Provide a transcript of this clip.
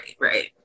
Right